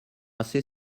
assez